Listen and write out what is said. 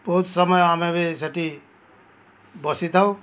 ବହୁତ ସମୟ ଆମେ ବି ସେଠି ବସିଥାଉ